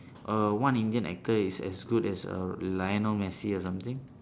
err one indian actor is as good as err lionel messi or something